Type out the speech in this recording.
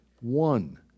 One